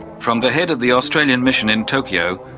from the head of the australian mission in tokyo,